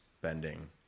bending